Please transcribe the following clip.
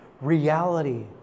reality